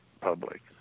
public